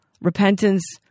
repentance